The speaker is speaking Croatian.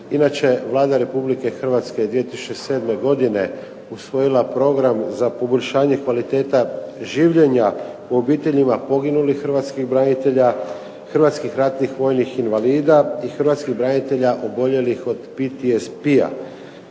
Inače Vlada Republike Hrvatske je 2007. godine usvojila program za poboljšanje kvalitete življenja u obiteljima poginulih hrvatskih branitelja, hrvatskih ratnih vojnih invalida i hrvatskih branitelja oboljelih od PTSP-a.